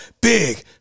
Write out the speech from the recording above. big